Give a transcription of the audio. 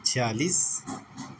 छ्यालिस